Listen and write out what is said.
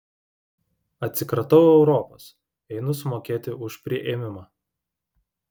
atsikratau europos einu sumokėti už priėmimą